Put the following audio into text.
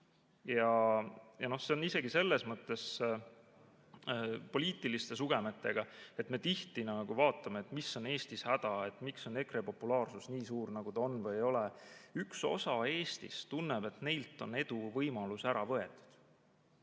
see on isegi selles mõttes poliitiliste sugemetega, et me tihti vaatame, mis on Eestis häda, miks on EKRE populaarsus nii suur, nagu ta on. Üks osa Eestis tunneb, et neilt on edu võimalus ära võetud.